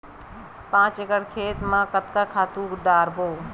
पांच एकड़ खेत म कतका खातु डारबोन?